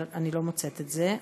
אבל אני לא מוצאת את זה,